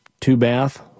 two-bath